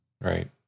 right